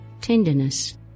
tenderness